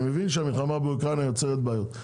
אני מבין שהמלחמה באוקראינה יוצרת בעיות,